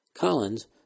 Collins